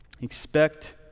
Expect